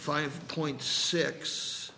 five point six